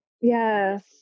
Yes